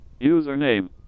Username